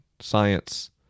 science